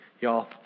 y'all